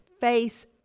face